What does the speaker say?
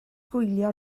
gwylio